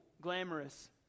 glamorous